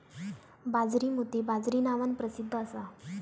बाजरी मोती बाजरी नावान प्रसिध्द असा